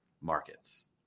markets